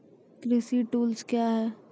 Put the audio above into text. कृषि टुल्स क्या हैं?